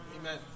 Amen